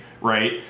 right